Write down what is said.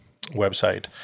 website